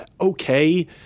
okay